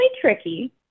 tricky